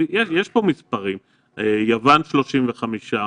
35 מיוון, 24 מאנגליה,